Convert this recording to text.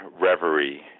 reverie